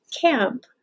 camp